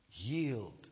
yield